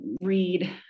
read